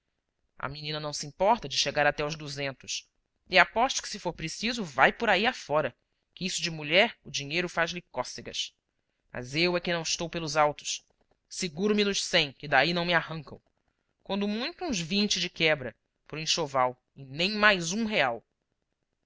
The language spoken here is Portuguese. a menina não se importa de chegar até aos duzentos e aposto que se for preciso vai por aí fora que isso de mulher o dinheiro faz-lhe cócegas mas eu é que não estou pelos autos seguro me nos cem que daí não me arrancam quando muito uns vinte de quebra para o enxoval e nem mais um real